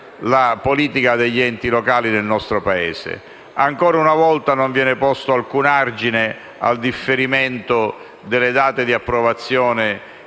la politica degli enti locali del nostro Paese. Ancora una volta non viene posto alcun argine al differimento delle date di approvazione